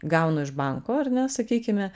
gaunu iš banko ar ne sakykime